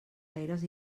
aires